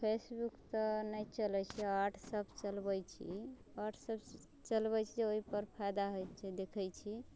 Facebook तऽ नहि चलैत छै वट्सऐप चलबैत छी वट्सऐप चलबैत छी जे ओहि पर फायदा होइत छी देखैत छी